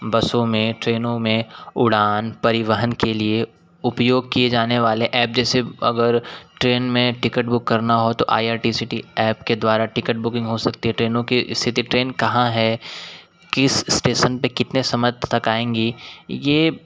बसों में ट्रेनों में उड़ान परिवहन के लिए उपयोग किए जाने वाले एप जैसे अगर ट्रेन में टिकट बुक करना हो तो I R T C T app के द्वारा टिकट बुकिंग हो सकती है ट्रेनों कि स्थिति ट्रेन कहाँ है किस एस्टेशन पे कितने समय तक आएंगी ये